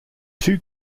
two